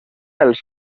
els